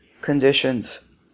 conditions